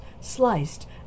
sliced